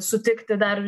sutikti dar